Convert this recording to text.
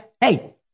Hey